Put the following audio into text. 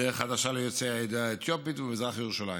דרך חדשה ליוצאי העדה האתיופית ומזרח ירושלים.